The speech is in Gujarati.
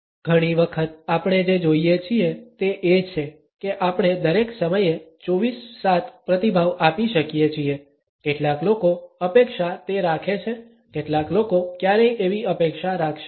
ઘણી વખત આપણે જે જોઈએ છીએ તે એ છે કે આપણે દરેક સમયે 24 7 પ્રતિભાવ આપી શકીએ છીએ કેટલાક લોકો અપેક્ષા તે રાખે છે કેટલાક લોકો ક્યારેય એવી અપેક્ષા રાખશે નહીં